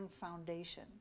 Foundation